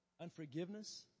Unforgiveness